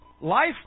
Life